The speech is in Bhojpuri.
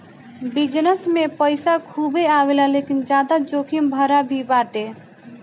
विजनस से पईसा खूबे आवेला लेकिन ज्यादा जोखिम भरा भी बाटे